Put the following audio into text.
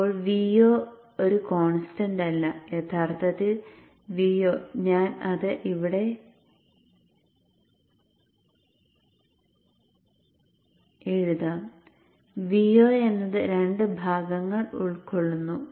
ഇപ്പോൾ Vo ഒരു കോൺസ്റ്റന്റല്ല യഥാർത്ഥത്തിൽ Vo ഞാൻ അത് ഇവിടെ എഴുതാം Vo എന്നത് രണ്ട് ഭാഗങ്ങൾ ഉൾക്കൊള്ളുന്നു